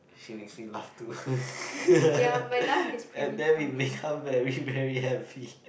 she makes me laugh too and then we become very very happy